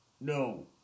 No